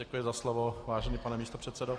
Děkuji za slovo, vážený pane místopředsedo.